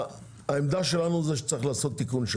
העמדה שלנו, שצריך לעשות שם תיקון.